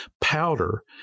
powder